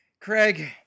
Craig